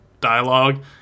dialogue